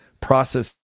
process